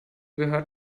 gehört